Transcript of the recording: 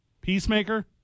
Peacemaker